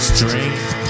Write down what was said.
Strength